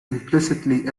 implicitly